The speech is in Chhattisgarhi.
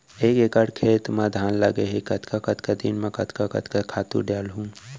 एक एकड़ खेत म धान लगे हे कतका कतका दिन म कतका कतका खातू डालहुँ?